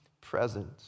present